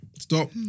Stop